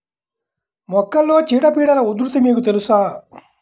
మొక్కలలో చీడపీడల ఉధృతి మీకు తెలుసా?